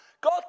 God